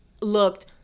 looked